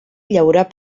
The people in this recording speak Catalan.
llaurar